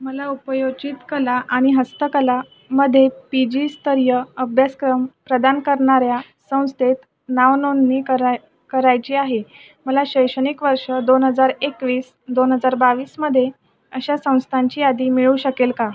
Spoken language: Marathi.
मला उपयोजित कला आणि हस्तकलामध्ये पी जीस्तरीय अभ्यासक्रम प्रदान करणाऱ्या संस्थेत नावनोंदणी कराय करायची आहे मला शैक्षणिक वर्ष दोन हजार एकवीस दोन हजार बावीसमध्ये अशा संस्थांची यादी मिळू शकेल का